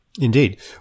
Indeed